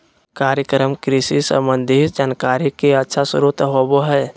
कार्यक्रम कृषि संबंधी जानकारी के अच्छा स्रोत होबय हइ